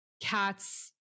cats